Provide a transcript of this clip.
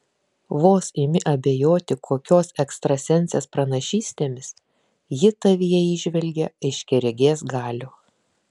vos imi abejoti kokios ekstrasensės pranašystėmis ji tavyje įžvelgia aiškiaregės galių